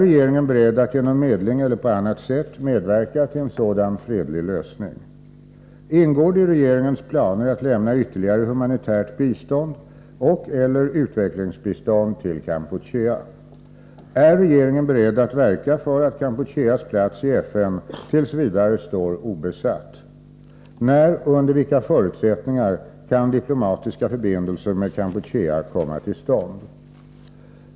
Är regeringen beredd att genom medling eller på annat sätt medverka till en sådan fredlig lösning? 3. Ingår det i regeringens planer att lämna ytterligare humanitärt bistånd och/eller utvecklingsbistånd till Kampuchea? 4. Är regeringen beredd att verka för att Kampucheas plats i FN t. v. står obesatt? 5. När och under vilka förutsättningar kan diplomatiska förbindelser med Kampuchea komma till stånd?